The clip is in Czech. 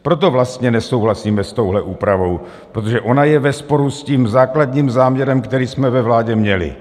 Proto vlastně nesouhlasíme s touhle úpravou, protože ona je ve sporu s tím základním záměrem, který jsme ve vládě měli.